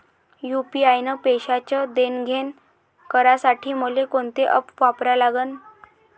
UPI न पैशाचं देणंघेणं करासाठी मले कोनते ॲप वापरा लागन?